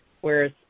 whereas